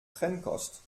trennkost